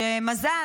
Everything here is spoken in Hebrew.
ומזל,